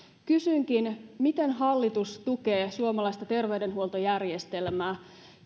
kysynkin miten hallitus tukee suomalaista terveydenhuoltojärjestelmää